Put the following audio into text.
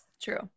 True